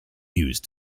used